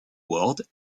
word